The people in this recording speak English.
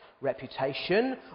reputation